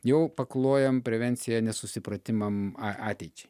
jau paklojam prevenciją nesusipratimam a ateičiai